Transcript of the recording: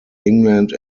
england